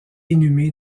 inhumé